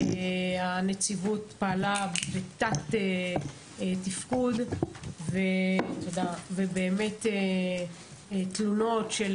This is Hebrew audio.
הנציבות פעלה בתת תפקוד ובאמת תלונות של